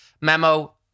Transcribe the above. memo